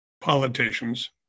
politicians